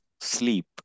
sleep